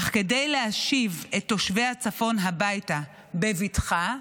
אך כדי להשיב את תושבי הצפון הביתה בבטחה,